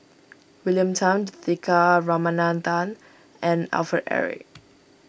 William Tan Juthika Ramanathan and Alfred Eric